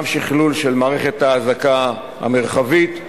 גם שכלול של מערכת האזעקה המרחבית,